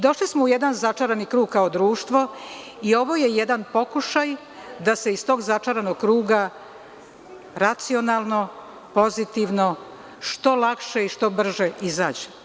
Došli smo u jedan začarani krug kao društvo i ovo je jedan pokušaj da se iz tog začaranog kruga racionalno, pozitivno, što lakše i što brže izađe.